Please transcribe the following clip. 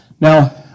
Now